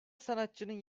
sanatçının